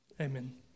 amen